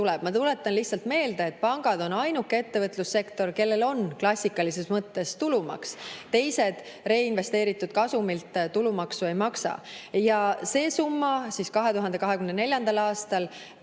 Ma tuletan lihtsalt meelde, et pangad on ainuke ettevõtlussektor, kus on klassikalises mõttes tulumaks. Teised reinvesteeritud kasumilt tulumaksu ei maksa. See summa on 2024. aastal